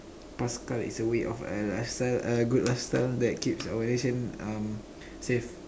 bus cow is a way of a lifestyle a good lifestyle that keeps our relationship um save